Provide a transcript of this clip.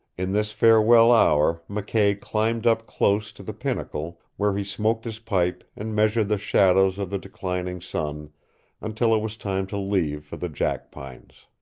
in this farewell hour mckay climbed up close to the pinnacle, where he smoked his pipe and measured the shadows of the declining sun until it was time to leave for the jackpines.